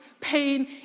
pain